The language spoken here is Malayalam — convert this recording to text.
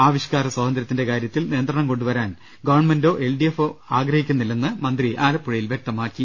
ആവിഷ്കാര സ്വാത ന്ത്ര്യത്തിന്റെ കാര്യത്തിൽ നിയന്ത്രണം കൊണ്ടുവരാൻ ഗവൺമെന്റോ എൽ ഡി എഫോ ആഗ്രഹിക്കുന്നില്ലെന്ന് മന്ത്രി ആലപ്പുഴയിൽ വൃക്തമാക്കി